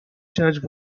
judge